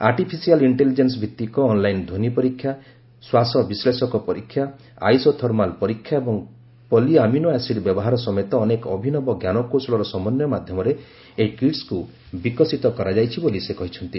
artificial intelligence ଭିତ୍ତିକ online ଧ୍ୱନି ପରୀକ୍ଷା ଶ୍ୱାସ ବିଶ୍ରେଷକ ପରୀକ୍ଷା ଆଇସୋ ଥର୍ମାଲ୍ ପରୀକ୍ଷା ଏବଂ ପଲିଆମିନୋ ଆସିଡ୍ ବ୍ୟବହାର ସମେତ ଅନେକ ଅଭିନବ ଜ୍ଞାନକୌଶଳର ସମନ୍ୱୟ ମାଧ୍ୟମରେ ଏହି କିଟ୍ସ୍କୁ ବିକଶିତ କରାଯାଇଛି ବୋଲି ସେ କହିଛନ୍ତି